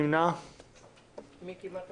היערכות המדינה למגפות ולרעידות אדמה,